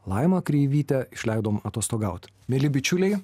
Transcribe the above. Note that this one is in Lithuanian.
laimą kreivytę išleidom atostogaut mieli bičiuliai